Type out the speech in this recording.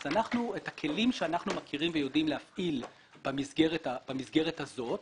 את הכלים שאנחנו מכירים ויודעים להפעיל במסגרת הזאת,